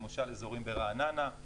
למשל אזורים ברעננה,